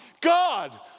God